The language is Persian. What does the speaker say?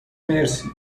مرسی